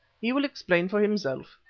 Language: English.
he will explain for himself.